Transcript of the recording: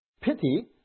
Pity